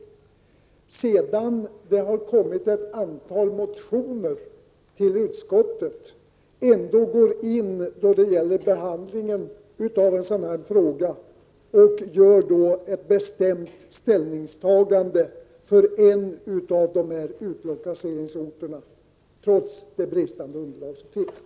Efter det att det har kommit ett antal motioner till utskottet går regeringen in och tar bestämd ställning för en av utlokaliseringsorterna, trots att underlaget är bristfälligt.